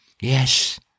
Yes